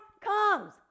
comes